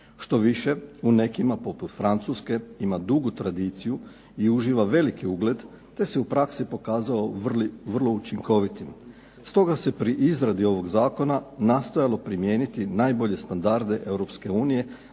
Štoviše u nekima poput Francuske ima dugu tradiciju i uživa veliki ugled, te se u praksi pokazao vrlo učinkovitim. Stoga se pri izradi ovog zakona nastojalo primijeniti najbolje standarde